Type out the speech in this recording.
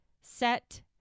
set